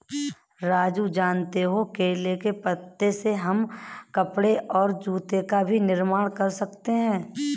राजू जानते हो केले के पत्ते से हम कपड़े और जूते का भी निर्माण कर सकते हैं